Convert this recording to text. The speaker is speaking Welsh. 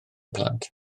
plant